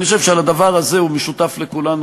אני חושב שהדבר הזה הוא משותף לכולנו,